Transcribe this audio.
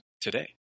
today